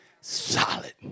Solid